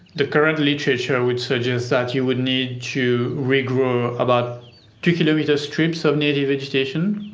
the current literature would suggest that you would need to regrow about two-kilometre strips of native vegetation,